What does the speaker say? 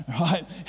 right